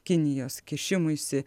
kinijos kišimuisi